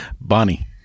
Bonnie